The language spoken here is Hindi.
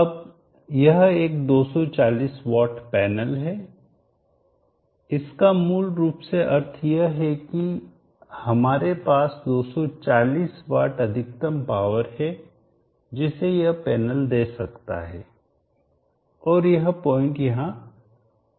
अब यह एक 240 वाट पैनल है इसका मूल रूप से अर्थ यह है कि हमारे पास 240 वाट अधिकतम पावर है जिसे यह पैनल दे सकता है और यह पॉइंट यहां यह दिखा रहा है